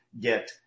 get